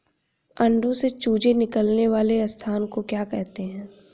अंडों से चूजे निकलने वाले स्थान को क्या कहते हैं?